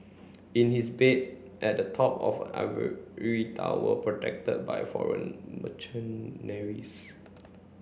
in his bed at the top of an tower protected by foreign